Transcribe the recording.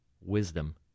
wisdom